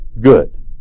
good